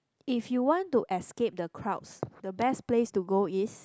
if you want to escape the crowds the best place to go is